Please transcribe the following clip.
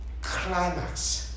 climax